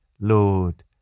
Lord